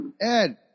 Ed